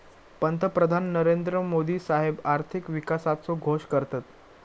पंतप्रधान नरेंद्र मोदी साहेब आर्थिक विकासाचो घोष करतत